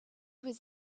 his